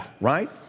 right